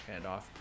handoff